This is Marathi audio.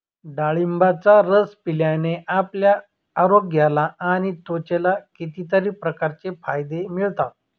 डाळिंबाचा रस पिल्याने आपल्या आरोग्याला आणि त्वचेला कितीतरी प्रकारचे फायदे मिळतात